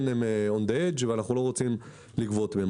הן על הגבול ואנחנו לא רוצים לגבות מהן.